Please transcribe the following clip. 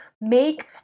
make